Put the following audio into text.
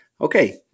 Okay